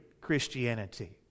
Christianity